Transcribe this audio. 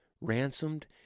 ransomed